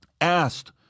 asked